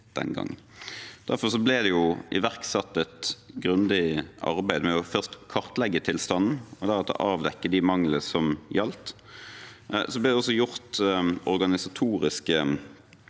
Derfor ble det iverksatt et grundig arbeid med først å kartlegge tilstanden og deretter avdekke de manglene som gjaldt. Det ble også gjort organisatoriske